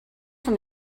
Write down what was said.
from